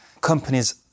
companies